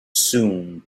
soon